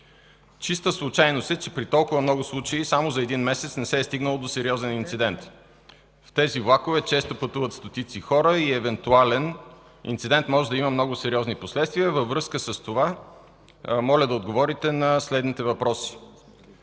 Чиста случайност е, че при толкова много случаи само за един месец не се е стигнало до сериозен инцидент. В тези влакове често пътуват стотици хора и евентуален инцидент може да има много сериозни последствия. Във връзка с това моля да отговорите на следните въпроси: